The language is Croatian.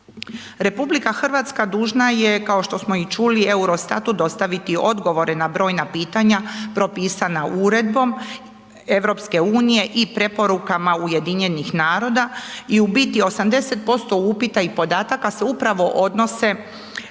imali 25.000. RH dužna je kao što smo i čuli Eurostatu dostaviti odgovore na brojna pitanja propisana Uredbom EU i preporukama UN-a i u biti 80% upita i podataka se upravo odnose,